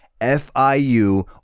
FIU